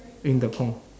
in the pond